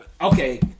Okay